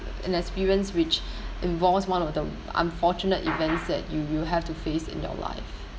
an experience which involves one of the unfortunate events that you you have to face in your life